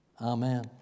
Amen